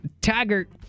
Taggart